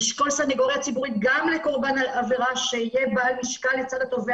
לשקול סנגוריה ציבורית גם לקורבן שיהיה בעל משקל לצד התובע